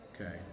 Okay